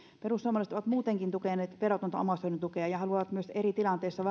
perussuomalaiset ovat muutenkin tukeneet verotonta omaishoidon tukea ja haluavat myös eri tilanteissa